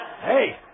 Hey